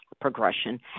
progression